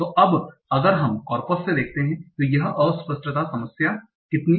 तो अब अगर हम कॉर्पस से देखते हैं कि यह अस्पष्टता समस्या कितनी आम है